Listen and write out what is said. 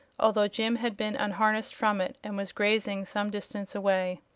although jim had been unharnessed from it and was grazing some distance away.